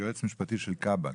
יועץ משפטי של כב"ה,